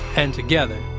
and together,